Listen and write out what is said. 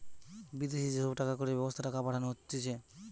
বিদেশি যে সব টাকা কড়ির ব্যবস্থা টাকা পাঠানো হতিছে